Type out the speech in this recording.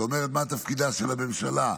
שאומרת מה תפקידה של הממשלה,